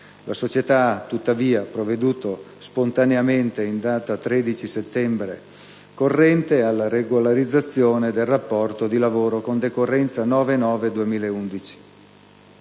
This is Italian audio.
La società ha, tuttavia, provveduto spontaneamente, in data 13 settembre, alla regolarizzazione del rapporto di lavoro con decorrenza dal